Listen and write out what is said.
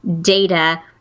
data